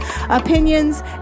opinions